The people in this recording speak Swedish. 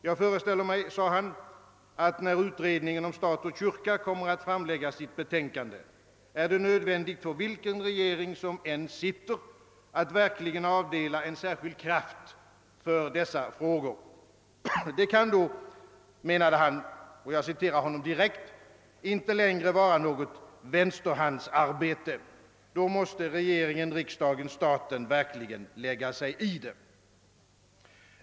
Jag föreställer mig, sade han, att när utredningen om kyrka och stat kommer att framlägga sitt betänkande, blir det nödvändigt för vilken regering som än sitter att verkligen avdela en särskild kraft för dessa frågor. Det kan då, menade han, »inte längre vara något vänsterhandsarbete. Då måste regeringen, riksdagen, staten verkligen lägga sig i det».